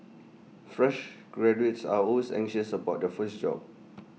fresh graduates are always anxious about their first job